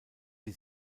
die